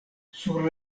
sur